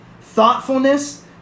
thoughtfulness